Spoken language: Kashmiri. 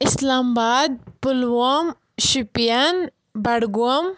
اِسلام آباد پُلووم شُپیَن بڈگوم